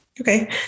Okay